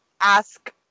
ask